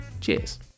Cheers